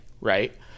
right